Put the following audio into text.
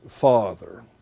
father